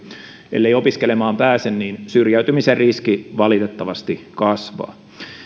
ellei opiskelemaan pääse niin syrjäytymisen riski valitettavasti kasvaa